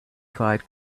fight